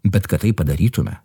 bet kad tai padarytume